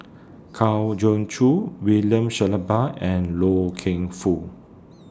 Kwa Geok Choo William Shellabear and Loy Keng Foo